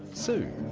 sue.